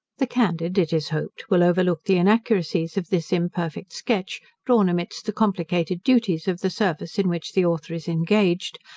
the candid, it is hoped, will overlook the inaccuracies of this imperfect sketch, drawn amidst the complicated duties of the service in which the author is engaged,